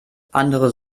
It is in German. andere